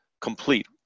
complete